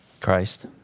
Christ